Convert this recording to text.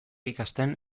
ikasten